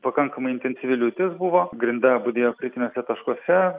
pakankamai intensyvi liūtis buvo grinda budėjo kritiniuose taškuose